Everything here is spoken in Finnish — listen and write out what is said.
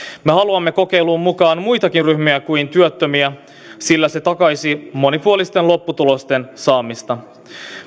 me haluamme kokeiluun mukaan muitakin ryhmiä kuin työttömiä sillä se takaisi monipuolisten lopputulosten saamista